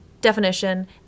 definition